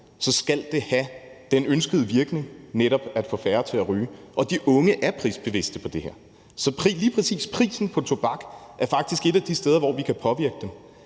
så skal det have den ønskede virkning, netop at få færre til at ryge. Og de unge er prisbevidste i forhold til det her, så lige præcis prisen på tobak er faktisk et af de steder, hvor vi kan påvirke dem.